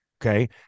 okay